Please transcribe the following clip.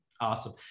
Awesome